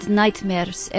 nightmares